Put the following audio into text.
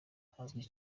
hazwi